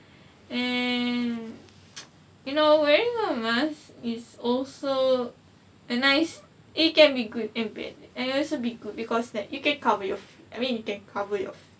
and you know wearing a mask is also a nice it can be good and bad and also be good because that you can cover your I mean you can cover your face